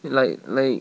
like like